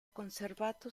conservato